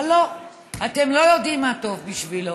אבל לא, אתם לא יודעים מה טוב בשבילו.